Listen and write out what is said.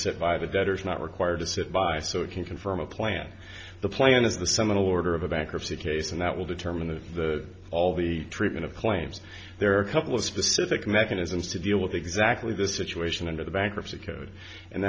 sit by the debtors not required to sit by so it can confirm a plan the plan is the seminal order of a bankruptcy case and that will determine the the all the treatment of claims there are a couple of specific mechanisms to deal with exactly this situation under the bankruptcy code and